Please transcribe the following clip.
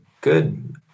good